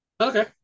Okay